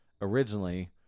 originally